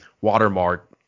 watermark